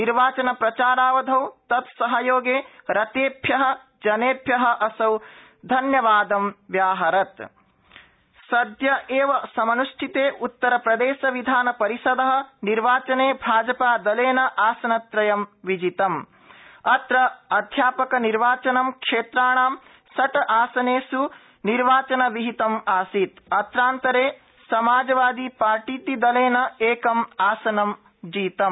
निर्वाचप्रचारावधौ तत्सहयोगे रतेभ्यः जनेभ्यः असौ धन्यवादं व्याहरत उतर प्रदेशः सद्य एव समन्ष्ठिते उत्तर प्रदेश विधान सरिषदः निर्वाचने भाज ादलेन आसनत्रयं विजितम अत्र अध्या क निर्वाचनं क्षेत्राणां षट् आसनेषु निर्वाचनं विहितं आसीत अत्रांतरे समाजवादी ार्टीति दलेन एकम आसनं जितम